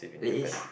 wait is